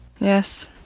Yes